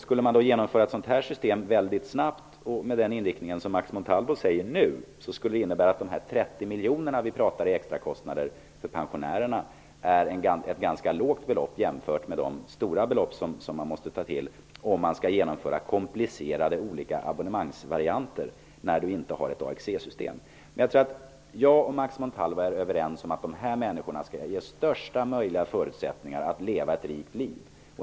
Skulle man väldigt snabbt genomföra ett system med den inriktning som Max Montalvo säger, skulle det innebära att de 30 miljonerna vi pratar om i extra kostnader för pensionärerna är ett ganska lågt belopp jämfört med de belopp som man måste ta till om man skulle genomföra komplicerade abonnemangsvarianter när det inte finns ett utbyggt AXE-system. Jag tror att jag och Max Montalvo är överens om att de här människorna skall ges största möjliga förutsättningar att leva ett rikt liv.